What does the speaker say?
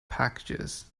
packages